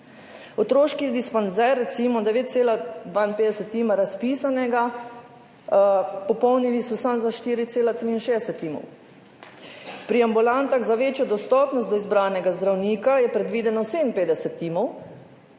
Otroški dispanzer, recimo 9,52 tima razpisanega, popolnili so samo za 4,63 tima. Pri ambulantah za večjo dostopnost do izbranega zdravnika je predvideno 57 timov